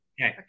okay